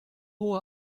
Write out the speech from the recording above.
hohe